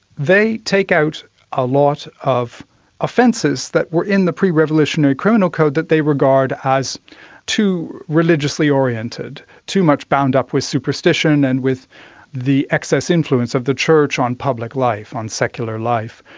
they take out a lot of offences that were in the pre-revolutionary criminal code that they regard as too religiously oriented, too much bound up with superstition and with the excess influence of the church on public life, on secular life.